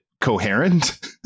coherent